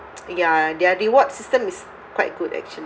ya their rewards systems is quite good actually